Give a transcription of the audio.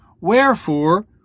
Wherefore